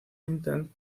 intent